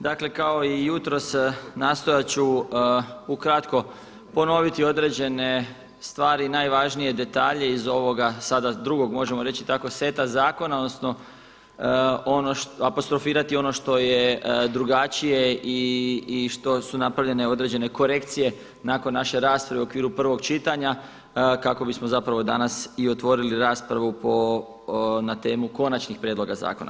Dakle, kao i jutros nastojat ću ukratko ponoviti određene stvari i najvažnije detalje iz ovoga sada drugog, možemo reći tako, seta zakona odnosno apostrofirati ono što je drugačije i što su napravljene određene korekcije nakon naše rasprave u okviru prvog čitanja, kako bismo zapravo danas i otvorili raspravu na temu konačnih prijedloga zakona.